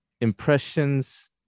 impressions